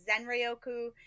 Zenryoku